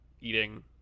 eating